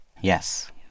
yes